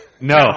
No